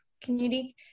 community